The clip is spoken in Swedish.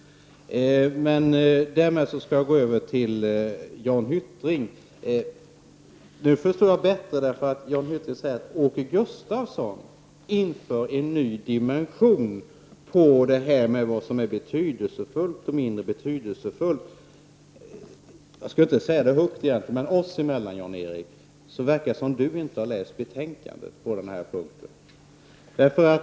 Därmed skall jag gå över till Jan Hyttring. Jan Hyttring sade att jag infört en ny dimension när det gäller vad som är betydelsefullt och mindre betydelsefullt. Jag skulle egentligen inte säga det här högt, men oss emellan verkar det som om Jan Hyttring inte hade läst betänkandet på den här punkten.